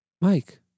Mike